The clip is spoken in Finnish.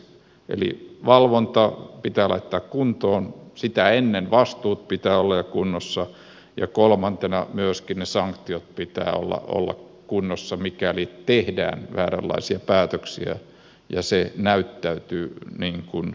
eli valvonta pitää laittaa kuntoon sitä ennen vastuiden pitää olla jo kunnossa ja kolmantena myöskin niiden sanktioiden pitää olla kunnossa mikäli tehdään vääränlaisia päätöksiä ja se näyttäytyy tahallisena